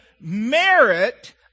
merit